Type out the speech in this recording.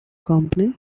company